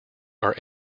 are